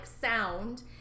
sound